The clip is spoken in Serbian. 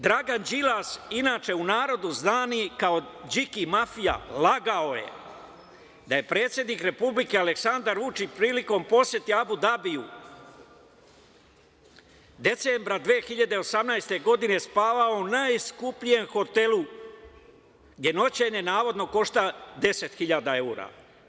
Dragan Đilas, inače u narodu znani kao "Điki mafija" lagao je da je predsednik Republike Aleksandar Vučić prilikom posete Abu Dabiju decembra 2018. godine spavao u najskupljem hoteli, gde noćenje navodno košta 10 hiljada evra.